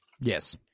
Yes